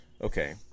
okay